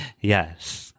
Yes